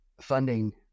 funding